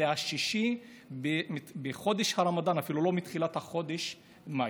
זה השישי בחודש הרמדאן, אפילו לא מתחילת חודש מאי.